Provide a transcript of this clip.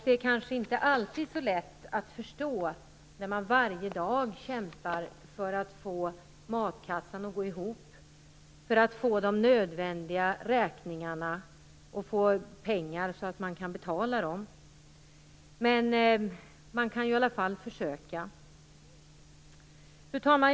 Det kanske inte alltid är så lätt att förstå, för den som varje dag kämpar för att få matkassan att gå ihop och för att få pengar till att betala de nödvändiga räkningarna. Man kan alltid försöka. Fru talman!